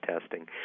testing